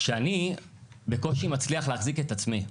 שאני בקושי מצליח להחזיק את עצמי.